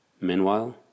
Meanwhile